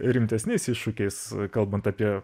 rimtesniais iššūkiais kalbant apie